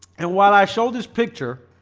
and while i show this picture